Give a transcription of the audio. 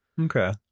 Okay